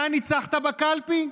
אתה ניצחת בקלפי?